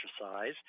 exercise